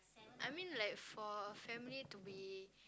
I mean like for family to be